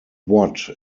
what